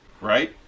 right